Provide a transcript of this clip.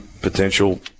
potential